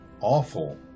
awful